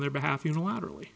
their behalf unilaterally